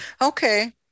okay